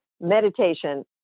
meditation